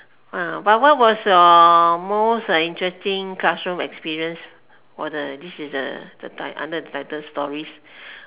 ah but what was your most interesting classroom experience for the this is the the ti~ under the title stories